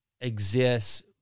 exists